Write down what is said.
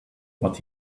what